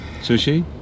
Sushi